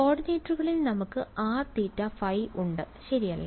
വിദ്യാർത്ഥി സർ കോർഡിനേറ്റുകളിൽ നമുക്ക് r θ ϕ ഉണ്ട് ശരിയല്ലേ